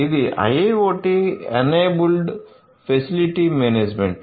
ఇది IIoT enabled facility management